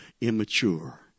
immature